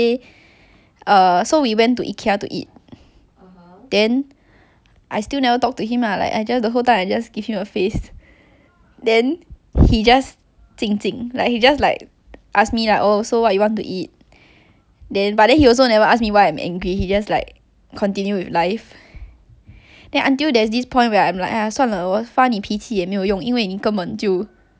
then he just 静静 like he just like ask me lah oh so what you want to eat then but then he also never ask me why I am angry he just like continue with life then until there's this point where I'm like !aiya! 算了我发你脾气也没有用因为你根本就 like you are not affected by it then I was like okay never mind I shall stop being angry I just spend today happily with him and then I'll never go out with him again